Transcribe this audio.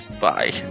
Bye